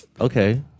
Okay